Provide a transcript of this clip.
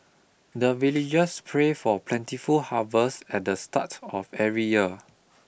the villagers pray for plentiful harvest at the start of every year